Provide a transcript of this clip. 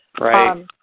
Right